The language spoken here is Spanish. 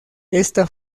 esta